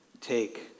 take